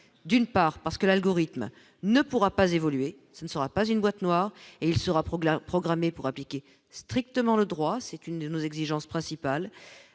d'une part parce que l'algorithme ne pourra pas évoluer, ce ne sera pas une boîte noire et il se rapproche la pour appliquer strictement le droit, c'est une de nos exigences principales